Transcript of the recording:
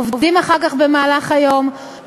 עובדים אחר כך במהלך היום,